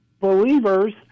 believers